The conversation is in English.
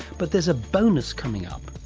but there's a bonus coming up.